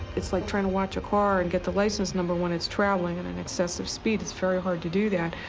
it's like trying to watch a car and get the license number when it's traveling and an excessive speed. it's very hard to do that.